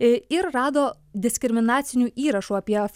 ir rado diskriminacinių įrašų apie